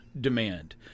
demand